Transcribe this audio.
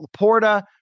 Laporta